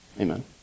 amen